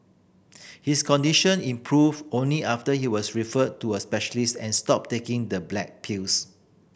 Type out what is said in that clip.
his condition improved only after he was referred to a specialist and stopped taking the black pills